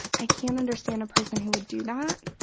i can't understand a person who would do that.